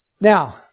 Now